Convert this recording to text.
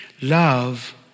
Love